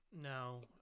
No